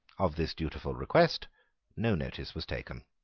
of this dutiful request no notice was taken.